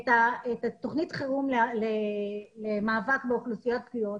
את תוכנית החירום למאבק באוכלוסיות פגיעות